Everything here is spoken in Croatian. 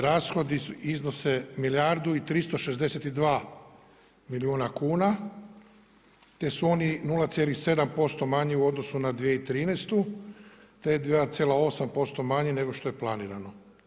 Rashodi iznose milijardu i 162 milijuna kuna, te su oni 0,7% manji u odnosu na 2013. te 2,8% manje nego što je planirano.